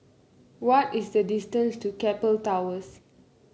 what is the distance to Keppel Towers